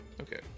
Okay